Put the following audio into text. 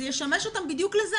זה ישמש אותם בדיוק לזה,